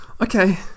okay